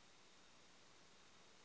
आवश्यकता होचे